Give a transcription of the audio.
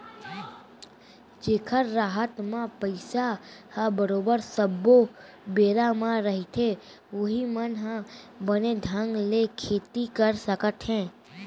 जेखर हात म पइसा ह बरोबर सब्बो बेरा म रहिथे उहीं मन ह बने ढंग ले खेती कर सकत हे